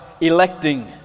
electing